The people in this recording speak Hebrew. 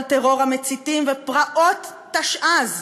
על טרור המציתים ופרעות תשע"ז,